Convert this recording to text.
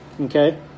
okay